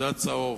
זה הצהוב.